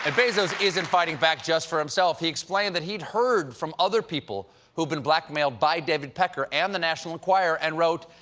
and bezos isn't fighting back just for himself. he explained that he's heard from other people who have been blackmailed by david pecker and the national enquirer, and wrote,